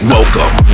Welcome